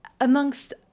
amongst